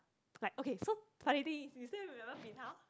like okay so funny thing is